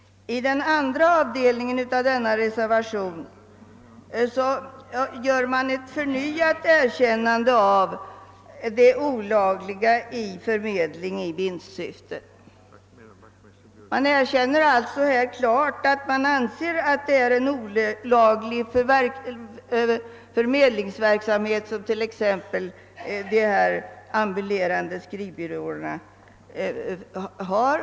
I reservationens andra del erkänner man ånyo det olagliga i arbetsförmedling i vinstsyfte. Det är alltså en klart olaglig förmedlingsverksamhet som de ambulerande skrivbyråerna bedriver.